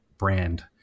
brand